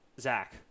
zach